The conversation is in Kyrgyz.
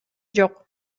жок